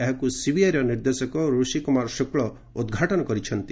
ଏହାକୁ ସିବିଆଇର ନିର୍ଦ୍ଦେଶକ ରୁଷି କୁମାର ଶୁକ୍ଳ ଉଦ୍ଘାଟନ କରିଛନ୍ତି